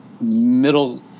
middle